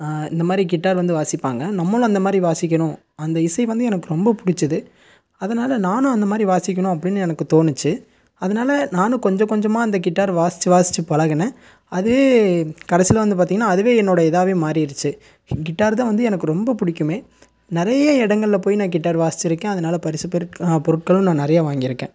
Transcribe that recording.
இந்த மாதிரி கிட்டார் வந்து வாசிப்பாங்க நம்மளும் அந்த மாதிரி வாசிக்கணும் அந்த இசை வந்து எனக்கு ரொம்ப பிடிச்சிது அதனால் நானும் அந்த மாதிரி வாசிக்கணும் அப்படினு எனக்கு தோணுச்சு அதனால நானும் கொஞ்சம் கொஞ்சமாக அந்த கிட்டார் வாசித்து வாசித்து பழகினேன் அதே கடைசியில் வந்து பார்த்தீங்கன்னா அதுவே என்னோட இதாகவே மாறிடுச்சி கிட்டார் தான் வந்து எனக்கு ரொம்ப பிடிக்குமே நிறைய இடங்கள்ல போய் நான் கிட்டார் வாசிச்சுருக்கேன் அதனால பரிசு பொருள் பொருட்களும் நான் நிறையா வாங்கியிருக்கேன்